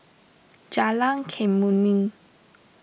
Jalan Kemuning